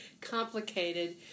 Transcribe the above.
complicated